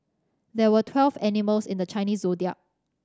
there were twelve animals in the Chinese Zodiac